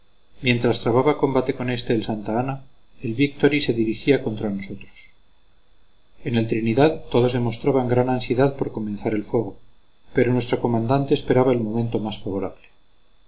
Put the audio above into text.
mientras trababa combate con este el santa ana el victory se dirigía contra nosotros en el trinidad todos demostraban gran ansiedad por comenzar el fuego pero nuestro comandante esperaba el momento más favorable